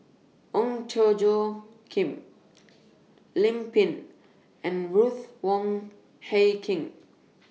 Ong Tjoe Kim Lim Pin and Ruth Wong Hie King